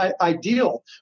ideal